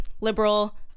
liberal